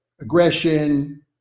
aggression